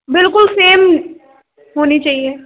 बिलकुल सेम होनी चाहिए